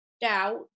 doubt